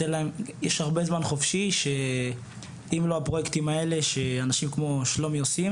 יש הרבה זמן חופשי שאם לא הפרוייקטים האלה שאנשים כמו שלומי עושים